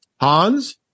Hans